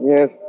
Yes